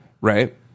right